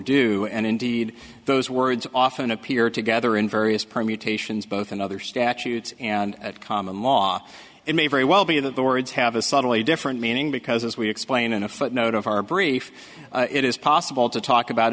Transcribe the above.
and indeed those words often appear together in various permutations both another statutes and at common law it may very well be that the words have a subtly different meaning because as we explained in a footnote of our brief it is possible to talk about